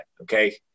Okay